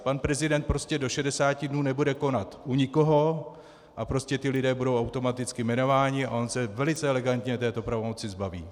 Pan prezident prostě do šedesáti dnů nebude konat u nikoho a ti lidé budou automaticky jmenováni a on se velice elegantně této pravomoci zbaví.